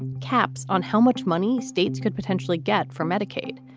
caps on how much money states could potentially get for medicaid.